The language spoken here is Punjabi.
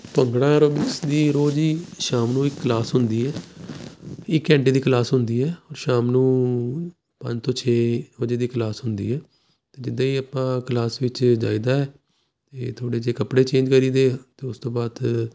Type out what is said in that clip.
ਭੰਗੜਾ ਐਰੋਬਿਕਸ ਦੀ ਰੋਜ਼ ਹੀ ਸ਼ਾਮ ਨੂੰ ਇੱਕ ਕਲਾਸ ਹੁੰਦੀ ਹੈ ਇਕ ਘੰਟੇ ਦੀ ਕਲਾਸ ਹੁੰਦੀ ਹੈ ਸ਼ਾਮ ਨੂੰ ਪੰਜ ਤੋਂ ਛੇ ਵਜੇ ਦੀ ਕਲਾਸ ਹੁੰਦੀ ਹੈ ਅਤੇ ਜਿੱਦਾਂ ਹੀ ਆਪਾਂ ਕਲਾਸ ਵਿੱਚ ਜਾਈਦਾ ਇਹ ਥੋੜ੍ਹੇ ਜਿਹੇ ਕੱਪੜੇ ਚੇਂਜ ਕਰੀਦੇ ਅਤੇ ਉਸ ਤੋਂ ਬਾਅਦ